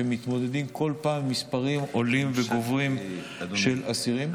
שמתמודדים כל פעם עם מספרים עולים וגוברים של אסירים,